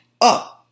up